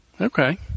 Okay